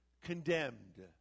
condemned